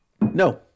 No